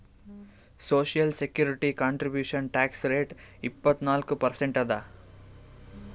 social security contribution tax rate ಇಪ್ಪತ್ನಾಲ್ಕು percent ಅದ